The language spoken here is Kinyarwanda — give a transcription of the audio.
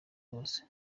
hose